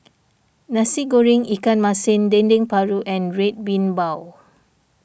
Nasi Goreng Ikan Masin Dendeng Paru and Red Bean Bao